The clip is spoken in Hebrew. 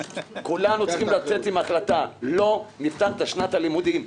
כולנו צריכים לצאת עם החלטה: לא נפתח את שנת הלימודים,